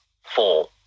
four